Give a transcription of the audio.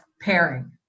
pairing